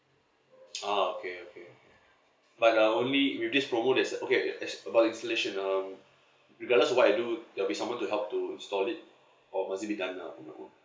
ah okay okay but uh only with this promo there's okay okay there's about installation um regardless of what I do there'll be someone to help to install it or must it be done uh on my own